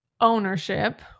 ownership